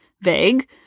vague